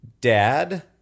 dad